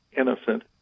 innocent